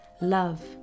Love